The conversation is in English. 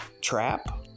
trap